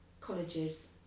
colleges